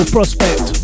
Prospect